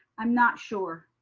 i'm not sure.